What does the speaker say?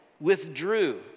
withdrew